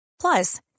Plus